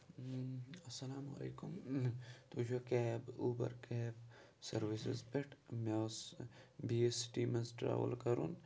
اَسلامُ عَلیکُم تُہۍ چھُو کیب اوٗبَر کیب سٕروِسِٕز پٮ۪ٹھ مےٚ اوس بیٚیِس سِٹی منٛز ٹرٚیوٕل کَرُن